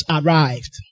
arrived